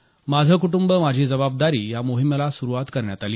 माझं कुटुंब माझी जबाबदारी या मोहिमेला यावेळी स्रुवात करण्यात आली